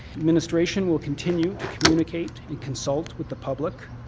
administration will continue to communicate and consult with the public,